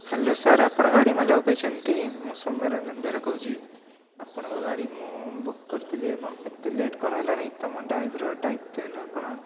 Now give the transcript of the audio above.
hello sir ଆପଣ ଗାଡ଼ି ମାଲିକ କହିଛନ୍ତି ମୁଁ ସୋମ୍ୟରଞ୍ଜନ ବେହେରା କହୁଛି ଆପଣଙ୍କ ଗାଡ଼ି ମୁଁ ବୁକ୍ କରିଥିଲି ଏବଂ ଏତେ ଲେଟ୍ କ'ଣ ହେଲାଣି ତୁମ ଡ୍ରାଇଭର୍ର ଦାୟିତ୍ୱହୀନ କ'ଣ